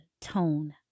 tone